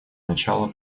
начала